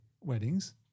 weddings